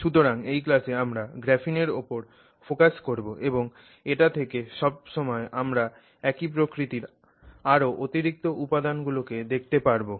সুতরাং এই ক্লাসে আমরা গ্রাফিনের ওপর ফোকাস করবো এবং এটা থেকে সবসময় আমরা একই প্রকৃতির আরও অতিরিক্ত উপাদান গুলোকে দেখতে পারবো